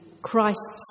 Christ's